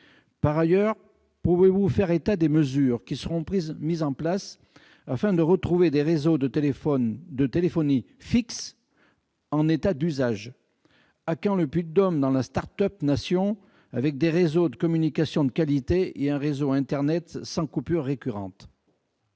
Par ailleurs, pouvez-vous faire état des mesures qui seront mises en place afin de retrouver des réseaux de téléphonie fixe en état d'usage ? À quand le Puy-de-Dôme dans la « start-up nation » avec des réseaux de communication de qualité et un réseau internet sans coupure récurrente ?